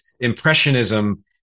Impressionism